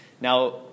Now